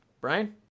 Brian